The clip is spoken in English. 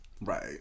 right